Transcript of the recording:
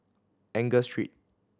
Angus Street